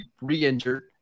re-injured